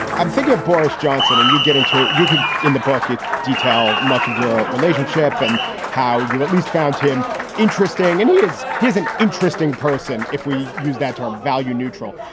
i'm figure boris johnson and you get into you in the book, you detail much of your relationship and how you at least found him interesting. and he is he's an interesting person. if we use that term value neutral.